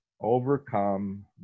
overcome